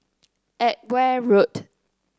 Edgware Road